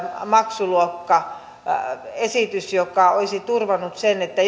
maksuluokkaesitys joka olisi turvannut sen että